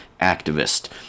Activist